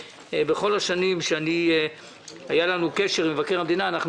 בכל השנים שהיה לנו קשר עם מבקר המדינה היינו